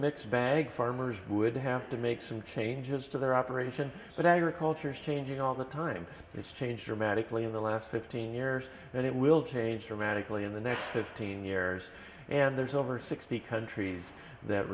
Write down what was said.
mixed bag farmers would have to make some changes to their operation but agriculture is changing all the time and it's changed dramatically in the last fifteen years and it will change dramatically in the next fifteen years and there's over sixty countries that